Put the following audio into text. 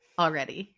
already